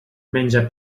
menja